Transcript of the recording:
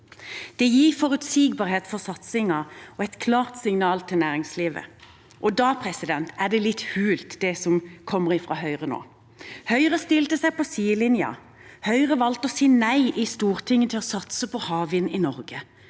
Det gir forutsigbarhet for satsingen og et klart signal til næringslivet. Da er det som kommer fra Høyre nå, litt hult. Høyre stilte seg på sidelinjen. Høyre valgte å si nei i Stortinget til å satse på havvind i Norge,